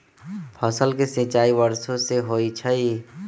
फसल के सिंचाई वर्षो से होई छई